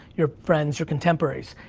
your friends, your contemporaries.